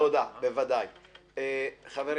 חברים